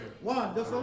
One